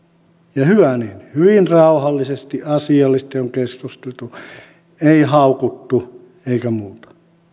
ja hyvä niin hyvin rauhallisesti asiallisesti on keskusteltu ei haukuttu eikä muuta